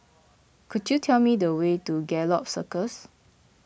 could you tell me the way to Gallop Circus